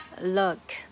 Look